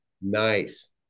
Nice